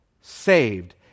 saved